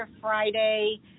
Friday